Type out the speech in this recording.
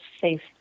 safe